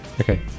Okay